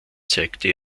zeigte